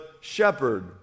shepherd